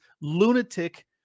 lunatic